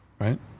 right